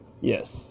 yes